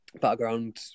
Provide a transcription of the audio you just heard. background